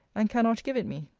and cannot give it me.